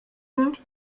wird